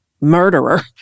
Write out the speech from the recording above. murderer